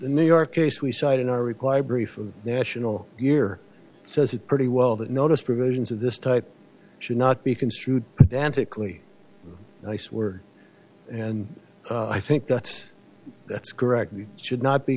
new york case we cite in our required brief of national year says it pretty well that notice provisions of this type should not be construed to antiquity i swear and i think that's that's correct we should not be